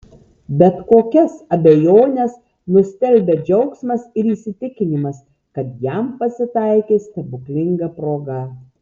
bet kokias abejones nustelbia džiaugsmas ir įsitikinimas kad jam pasitaikė stebuklinga proga